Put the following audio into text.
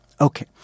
Okay